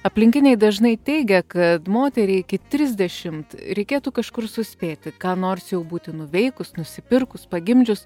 aplinkiniai dažnai teigia kad moteriai iki trisdešimt reikėtų kažkur suspėti ką nors jau būti nuveikus nusipirkus pagimdžius